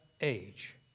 age